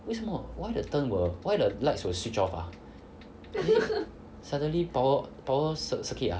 为什么 why the 灯 will why the lights will switch off ah then suddenly power power circuit ah